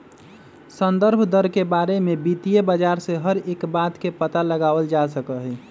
संदर्भ दर के बारे में वित्तीय बाजार से हर एक बात के पता लगावल जा सका हई